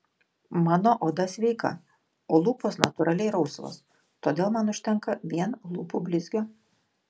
mano oda sveika o lūpos natūraliai rausvos todėl man užtenka vien lūpų blizgio